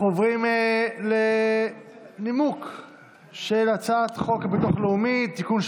אנחנו עוברים לנימוק של הצעת חוק הצעת חוק הביטוח הלאומי (תיקון,